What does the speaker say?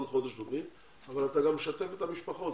חודש- -- אבל אתה גם משתף את המשפחות.